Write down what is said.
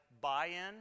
buy-in